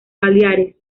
baleares